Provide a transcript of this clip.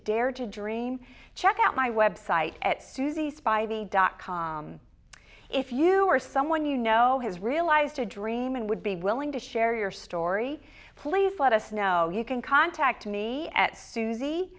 dare to dream check out my website at susie's by the dot com if you are someone you know has realized a dream and would be willing to share your story please let us know you can contact me at su